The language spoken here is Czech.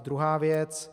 Druhá věc.